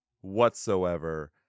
whatsoever